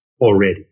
already